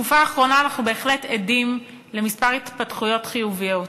בתקופה האחרונה אנו בהחלט עדים לכמה התפתחויות חיוביות,